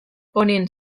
ponien